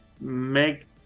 make